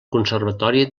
conservatori